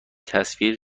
تصویر